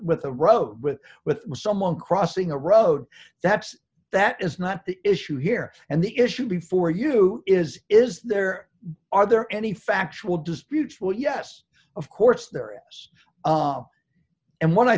with a row with someone crossing a road that's that is not the issue here and the issue before you is is there are there any factual disputes well yes of course there s and what i